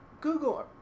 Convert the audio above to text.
google